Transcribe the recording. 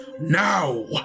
now